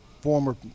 former